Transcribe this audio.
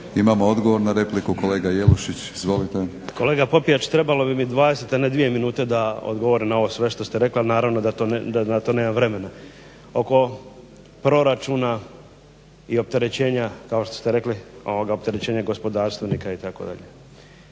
Imamo odgovor na repliku. Kolega Jelušić, izvolite. **Jelušić, Ivo (SDP)** Kolega Popijač, trebalo bi mi 22 minute da odgovorim na sve ono što ste rekli, a naravno da na to nemam vremena. Oko proračuna i opterećenja kao što ste rekli, opterećenje gospodarstvenika itd.